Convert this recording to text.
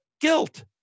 guilt